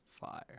Fire